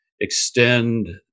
extend